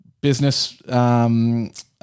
business